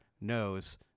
knows